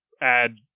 add